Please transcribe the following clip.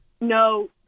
No